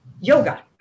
yoga